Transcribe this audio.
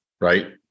right